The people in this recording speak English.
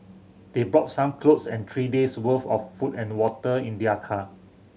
they brought some clothes and three days' worth of food and water in their car